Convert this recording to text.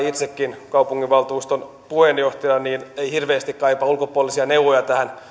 itsekin olen kaupunginvaltuuston puheenjohtaja eikä totta kai hirveästi kaivata ulkopuolisia neuvoja